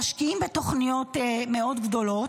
משקיעים בתוכניות מאוד גדולות.